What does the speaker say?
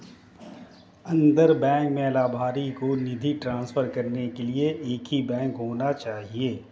अंतर बैंक में लभार्थी को निधि ट्रांसफर करने के लिए एक ही बैंक होना चाहिए